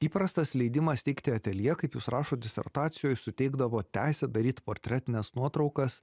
įprastas leidimas steigti ateljė kaip jūs rašot disertacijoj suteikdavo teisę daryt portretines nuotraukas